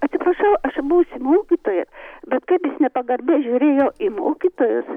atsiprašau aš buvusi mokytoja bet kaip jis nepagarbiai žiūrėjo į mokytojus